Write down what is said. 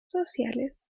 sociales